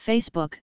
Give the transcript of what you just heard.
Facebook